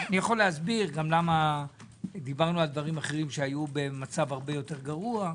אני יכול להסביר למה דיברנו על דברים אחרים שהיו במצב הרבה יותר גרוע,